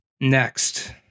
Next